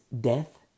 death